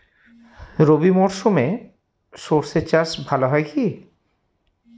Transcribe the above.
রবি মরশুমে সর্ষে চাস ভালো হয় কি?